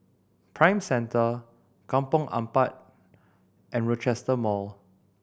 Prime Centre Kampong Ampat and Rochester Mall